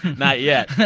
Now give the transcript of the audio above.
not yet yeah